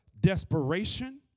desperation